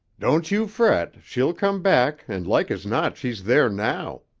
don't you fret, she'll come back and like as not she's there now.